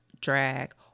drag